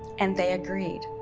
and they agreed.